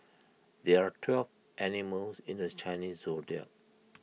there are twelve animals in this Chinese Zodiac